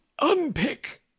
unpick